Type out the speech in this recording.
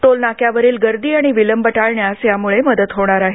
toll नाक्यावरील गर्दी आणि विलंब टाळण्यास यामुळे मदत होणार आहे